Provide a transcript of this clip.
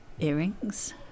earrings